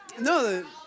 No